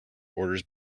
orders